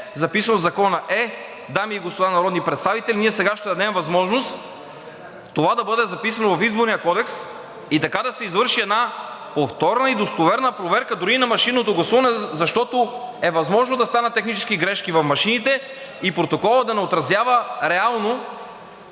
записано в Закона. Е, дами и господа народни представители, ние сега ще дадем възможност това да бъде записано в Изборния кодекс и така да се извърши една повторна и достоверна проверка дори и на машинното гласуване, защото е възможно да станат технически грешки в машините и протоколът да не отразява реално